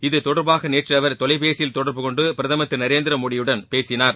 இத்தொடர்பாக நேற்று அவர் தொலைபேசியில் தொடர்புகொண்டு பிரதமர் திரு நரேந்திர மோடியுடன் பேசினார்